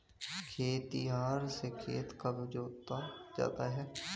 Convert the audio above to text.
खेतिहर से खेत कब जोता जाता है?